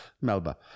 melba